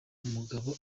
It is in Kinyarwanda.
umugabo